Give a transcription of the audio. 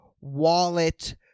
wallet